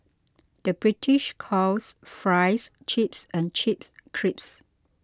the British calls Fries Chips and Chips Crisps